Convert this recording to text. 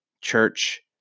church